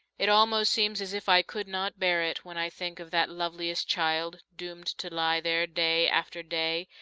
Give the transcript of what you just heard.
it almost seems as if i could not bear it when i think of that loveliest child doomed to lie there day after day,